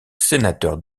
sénateurs